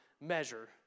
measure